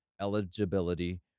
eligibility